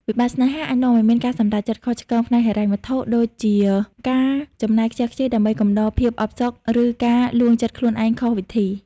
វិបត្តិស្នេហាអាចនាំឱ្យមានការសម្រេចចិត្តខុសឆ្គងផ្នែកហិរញ្ញវត្ថុ ដូចជាការចំណាយខ្ជះខ្ជាយដើម្បីកំដរភាពអផ្សុក ឬការលួងចិត្តខ្លួនឯងខុសវិធី។